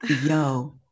yo